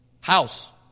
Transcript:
House